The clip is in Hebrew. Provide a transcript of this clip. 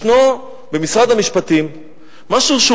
יש במשרד המשפטים משהו שהוא